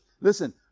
Listen